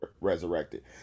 resurrected